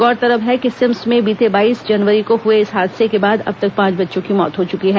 गौरतलब है कि सिम्स में बीते बाईस जनवरी को हुए इस हादसे के बाद अब तक पांच बच्चों की मौत हो चुकी है